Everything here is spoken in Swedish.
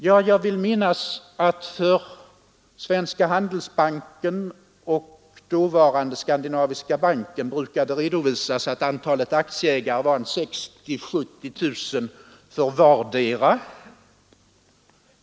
Ja, jag vill minnas att det för Svenska handelsbanken och dåvarande Skandinaviska banken brukade redovisas att antalet aktieägare var 60 000-70 000 för vardera.